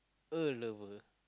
a lover